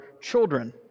children